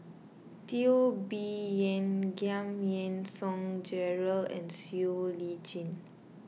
Teo Bee Yen Giam Yean Song Gerald and Siow Lee Chin